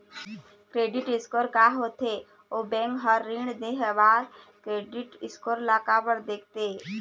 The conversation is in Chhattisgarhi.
क्रेडिट स्कोर का होथे अउ बैंक हर ऋण देहे बार क्रेडिट स्कोर ला काबर देखते?